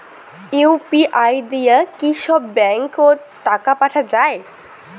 UPI দিয়া কি সব ব্যাংক ওত টাকা পাঠা যায়?